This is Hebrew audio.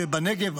שבנגב,